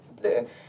blue